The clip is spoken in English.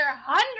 hundred